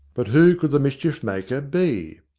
but who could the mischief-maker be?